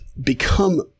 become